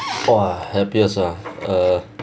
!wah! happiest ah uh